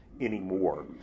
anymore